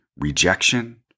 rejection